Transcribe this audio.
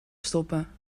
stoppen